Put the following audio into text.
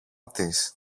της